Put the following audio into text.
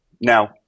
Now